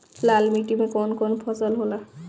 लाल माटी मे कवन कवन फसल होला?